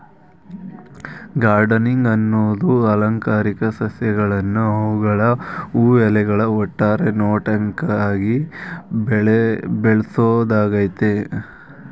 gardening ಅನ್ನದು ಅಲಂಕಾರಿಕ ಸಸ್ಯಗಳ್ನ ಅವ್ಗಳ ಹೂ ಎಲೆಗಳ ಒಟ್ಟಾರೆ ನೋಟಕ್ಕಾಗಿ ಬೆಳ್ಸೋದಾಗಯ್ತೆ